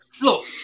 Look